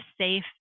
safe